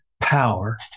power